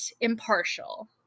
impartial